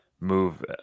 move